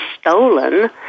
stolen